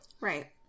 Right